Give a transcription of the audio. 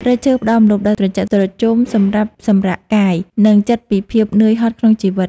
ព្រៃឈើផ្តល់ម្លប់ដ៏ត្រជាក់ត្រជុំសម្រាប់សម្រាកកាយ និងចិត្តពីភាពនឿយហត់ក្នុងជីវិត។